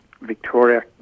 Victoria